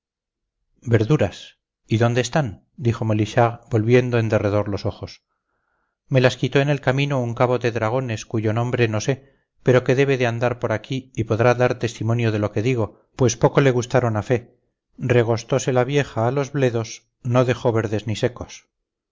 verduras y dónde están dijo molichard volviendo en derredor los ojos me las quitó en el camino un cabo de dragones cuyo nombre no sé pero que debe de andar por aquí y podrá dar testimonio de lo que digo pues poco le gustaron a fe regostose la vieja a los bledos no dejó verdes ni secos